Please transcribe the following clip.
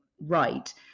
right